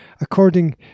According